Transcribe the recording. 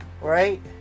right